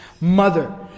mother